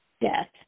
Death